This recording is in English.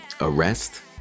arrest